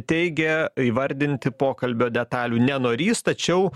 teigia įvardinti pokalbio detalių nenorįs tačiau